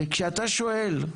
כי כשאתה שואל,